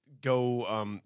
go